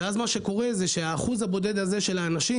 ואז מה שקורה זה שהאחוז הבודד הזה של האנשים,